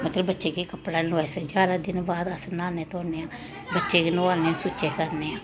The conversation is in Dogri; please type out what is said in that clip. मतलब बच्चे गी कपड़ा निं लुआई सकदे ञारां दिन बाद अस न्हाने धोने आं बच्चे गी नुआलने सुच्चे करने आं